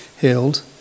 healed